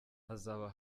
hazaba